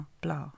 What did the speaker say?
blah